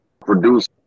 produce